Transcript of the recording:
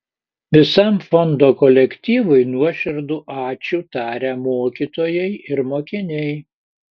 visam fondo kolektyvui nuoširdų ačiū taria mokytojai ir mokiniai